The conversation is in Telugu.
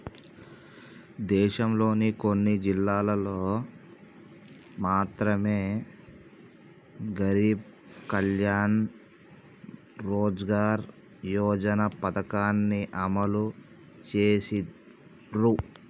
దేశంలోని కొన్ని జిల్లాల్లో మాత్రమె గరీబ్ కళ్యాణ్ రోజ్గార్ యోజన పథకాన్ని అమలు చేసిర్రు